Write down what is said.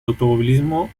automovilismo